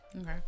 Okay